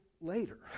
later